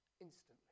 instantly